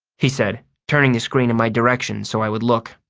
he said, turning the screen in my direction so i would look.